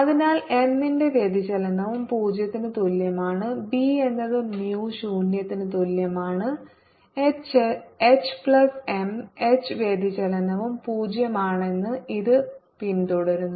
അതിനാൽ M ന്റെ വ്യതിചലനവും 0 ന് തുല്യമാണ് B എന്നത് mu ശൂന്യത്തിന് തുല്യമാണ് എച്ച് പ്ലസ് എം എച്ച് വ്യതിചലനവും 0 ആണെന്ന് ഇത് പിന്തുടരുന്നു